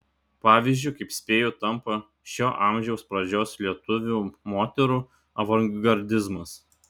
pavyzdžiu kaip spėju tampa šio amžiaus pradžios lietuvių moterų avangardizmas